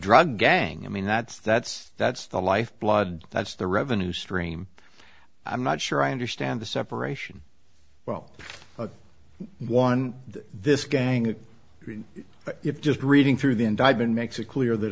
drug gang i mean that's that's that's the life blood that's the revenue stream i'm not sure i understand the separation well one this gang if just reading through the indictment makes it clear that